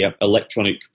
electronic